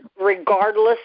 regardless